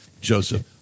Joseph